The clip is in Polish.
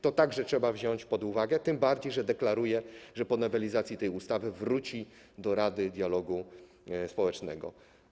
To także trzeba wziąć pod uwagę, tym bardziej że deklaruje, że po nowelizacji tej ustawy wróci do Rady Dialogu Społecznego.